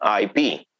IP